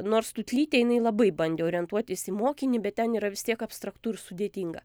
nors tutlytė jinai labai bandė orientuotis į mokinį bet ten yra vis tiek abstraktu ir sudėtinga